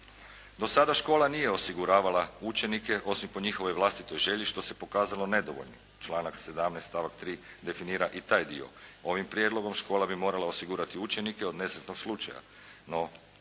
Do sada škola nije osiguravala učenike osim po njihovoj vlastitoj želji što se pokazalo nedovoljnim. članak 17. stavak 3. definira i taj dio. Ovim prijedlogom škola bi morala osigurati učenike od nesretnog slučaja,